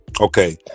Okay